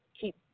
keep